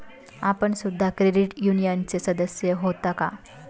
आपण सुद्धा क्रेडिट युनियनचे सदस्य होता का?